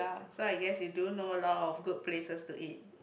so I guess you do know a lot of good places to eat